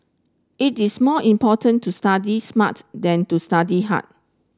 it is more important to study smart than to study hard